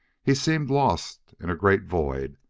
he seemed lost in a great void,